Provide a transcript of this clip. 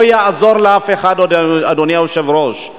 לא יעזור לאף אחד, אדוני היושב-ראש.